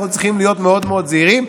אנחנו צריכים להיות מאוד מאוד זהירים.